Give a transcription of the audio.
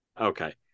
Okay